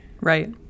Right